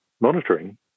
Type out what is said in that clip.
monitoring